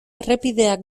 errepideak